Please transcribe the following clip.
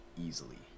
Easily